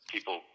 People